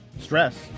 stress